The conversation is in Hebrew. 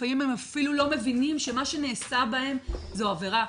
לפעמים הם אפילו לא מבינים שמה שנעשה בהם זו עבירה.